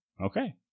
okay